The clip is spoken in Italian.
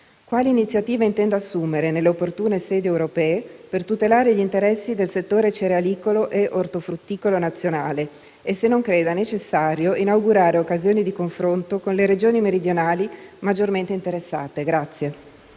quali iniziative intenda assumere, nelle opportune sedi europee, per tutelare gli interessi del settore cerealicolo e ortofrutticolo nazionale e se non creda necessario inaugurare occasioni di confronto con le Regioni meridionali maggiormente interessate.